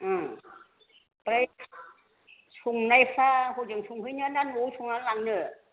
ओमफ्राय संनायफ्रा हजों संहैनो ना न'आव संनानै लांनो